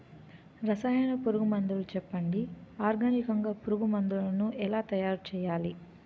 రసాయన పురుగు మందులు చెప్పండి? ఆర్గనికంగ పురుగు మందులను ఎలా తయారు చేయాలి?